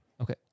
Okay